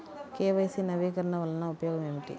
KYC నవీకరణ వలన ఉపయోగం ఏమిటీ?